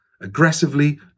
aggressively